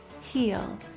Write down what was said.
heal